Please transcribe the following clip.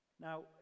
Now